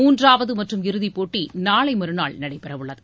மூன்றாவது மற்றும் இறுதிப் போட்டி நாளை மறுநாள் நடைபெற உள்ளது